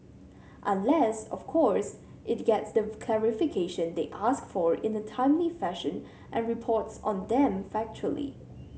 unless of course it gets the clarification they ask for in a timely fashion and reports on them factually